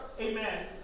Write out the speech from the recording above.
amen